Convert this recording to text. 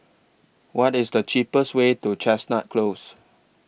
What IS The cheapest Way to Chestnut Close